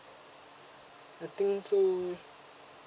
I think so